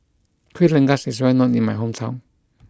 Kuih Rengas is well known in my hometown